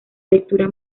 lectura